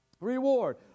Reward